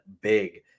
big